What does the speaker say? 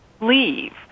leave